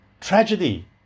Tragedy